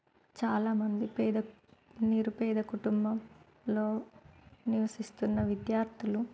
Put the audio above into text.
చాలామంది పేద నిరుపేద కుటుంబంలో నివసిస్తున్న విద్యార్థులు